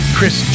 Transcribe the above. Chris